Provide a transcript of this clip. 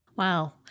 Wow